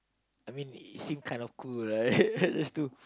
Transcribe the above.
I mean it seem kinda cool right just to